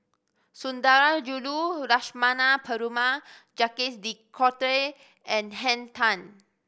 Sundarajulu Lakshmana Perumal Jacques De Coutre and Henn Tan